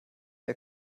der